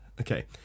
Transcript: Okay